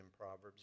Proverbs